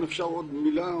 אם אפשר עוד מילה,